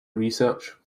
research